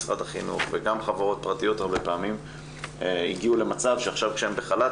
גם משרד החינוך וגם חברות פרטיות הן הגיעו למצב שכאשר הן בחל"ת,